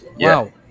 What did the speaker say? Wow